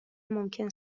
ممکن